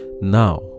Now